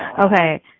Okay